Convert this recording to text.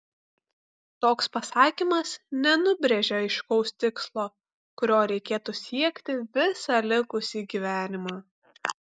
toks pasakymas nenubrėžia aiškaus tikslo kurio reikėtų siekti visą likusį gyvenimą